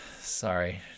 sorry